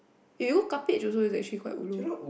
you know Khatib is also quite ulu